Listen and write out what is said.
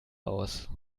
aus